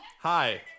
Hi